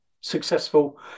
successful